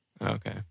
Okay